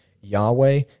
Yahweh